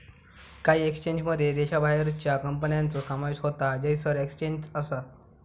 काही एक्सचेंजमध्ये देशाबाहेरच्या कंपन्यांचो समावेश होता जयसर एक्सचेंज असा